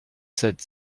sept